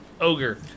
ogre